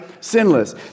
sinless